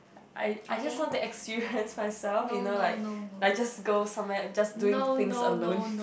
I I just want to experience myself you know like like just go somewhere just doing things alone